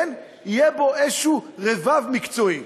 כן, יהיה בו איזשהו רבב מקצועי.